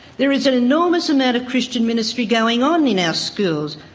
there is an enormous amount of christian ministry going on in our schools,